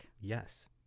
Yes